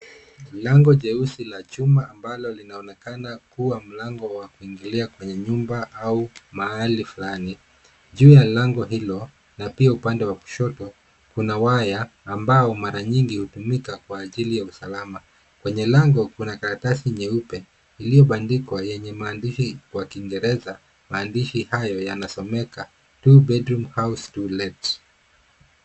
Lango jeusi la chuma ambalo linaonekana kuwa mlango wa kuingilia kwenye nyumba au mahali fulani. Juu ya lango hilo na pia upande wa kushoto, kuna waya ambao mara nyingi hutumika kwa ajili ya usalama. Kwenye lango, kuna karatasi nyeupe iliyobandikwa yenye maandishi kwa kiingereza maandishi hayo yanasomeka two bedroom house to let .